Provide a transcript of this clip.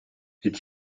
est